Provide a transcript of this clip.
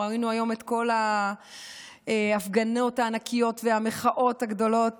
ראינו היום את כל ההפגנות הענקיות והמחאות הגדולות